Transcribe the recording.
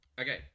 Okay